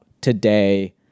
today